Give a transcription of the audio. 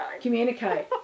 Communicate